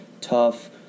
tough